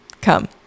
come